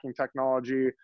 technology